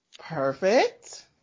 Perfect